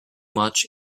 much